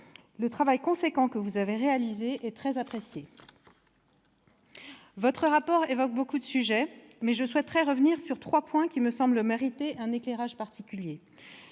le travail important que vous avez réalisé est très apprécié. Votre rapport évoque beaucoup de sujets, mais je souhaiterais revenir sur trois points qui me semblent mériter un éclairage particulier